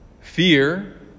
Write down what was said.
fear